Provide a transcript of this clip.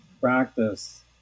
practice